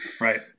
Right